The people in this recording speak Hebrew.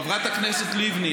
חברת הכנסת לבני,